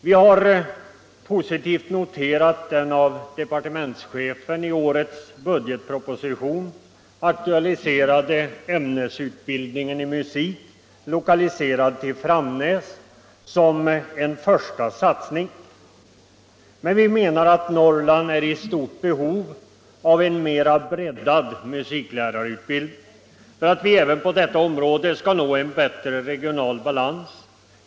Vi har positivt noterat den av departementschefen i årets budgetproposition aktualiserade ämnesutbildningen i musik, lokaliserad till Framnäs, som en första satsning. Men vi menar att Norrland är i stort behov av en mera breddad musiklärarutbildning för att vi även på detta område skall nå en bättre regional balans.